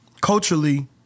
culturally